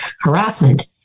harassment